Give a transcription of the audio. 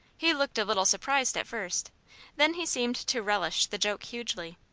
he looked a little surprised at first then he seemed to relish the joke hugely.